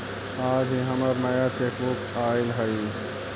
आज ही हमर नया चेकबुक आइल हई